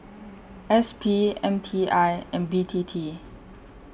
S P M T I and B T T